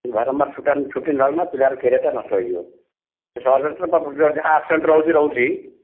ବାରମ୍ବାର ଛୁଟି ନେଲେ ପିଲାର କ୍ୟାରିୟରଟା ନଷ୍ଟ ହେଇଯିବ ସହଜରେ ତ ଯାହା ଆବସେଣ୍ଟ ରହୁଛି ରହୁଛି